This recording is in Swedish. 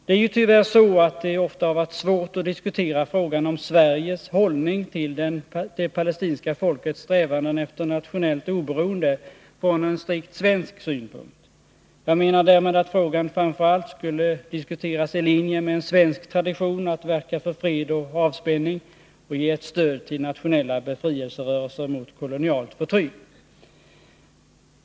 Det är ju tyvärr så att det ofta har varit svårt att diskutera frågan om Sveriges hållning till det palestinska folkets strävanden efter nationellt oberoende från en strikt svensk synpunkt. Jag menar därmed att frågan framför allt skulle diskuteras i linje med en svensk tradition att verka för fred och avspänning och ge ett stöd till nationella befrielserörelser mot kolonialt förtryck.